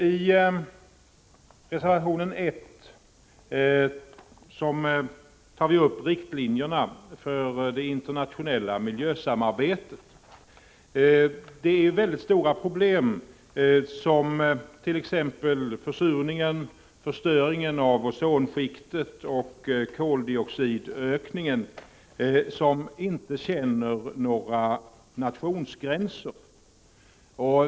I reservation 1 tar vi upp riktlinjerna för det internationella miljösamarbetet. Väldigt stora problem, t.ex. försurningen, förstöringen av ozonskiktet och koldioxidökningen, känner inte några nationsgränser.